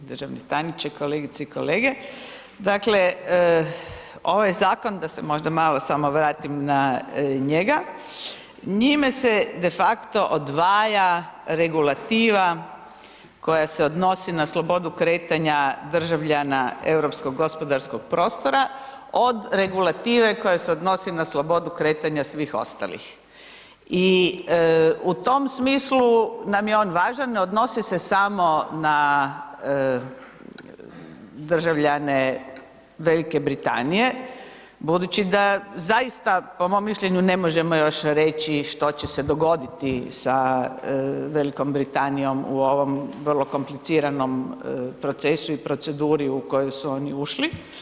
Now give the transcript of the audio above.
Državni tajniče, kolegice i kolege, dakle, ovaj zakon da se možda malo samo vratim na njega, njime se defakto odvaja regulativa koja se odnosi na slobodu kretanja državljana europskog gospodarskog prostora od regulative koja se odnosi na slobodu kretanja svih ostalih i u tom smislu nam je on važan, ne odnosi se samo na državljane Velike Britanije budući da zaista po mom mišljenju ne možemo još reći što će se dogoditi sa Velikom Britanijom u ovom vrlo kompliciranom procesu i proceduri u koju su oni ušli.